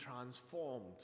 transformed